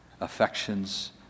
affections